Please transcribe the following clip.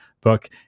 book